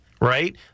right